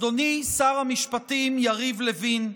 אדוני שר המשפטים יריב לוין,